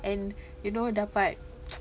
and you know dapat